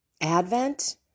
Advent